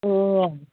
ए